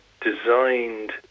designed